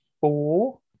four